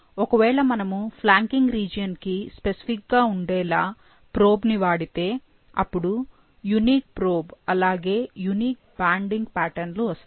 ఒకవేళ మనము flanking region కి స్పెసిఫిక్ గా ఉండేలా ప్రోబ్ ని వాడితే అపుడు యునీక్ ప్రోబ్ అలాగే యునీక్ బ్యాండింగ్ ప్యాట్రన్లు వస్తాయి